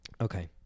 okay